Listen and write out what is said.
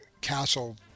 castle